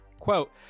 Quote